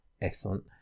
Excellent